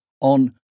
on